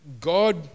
God